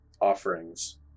offerings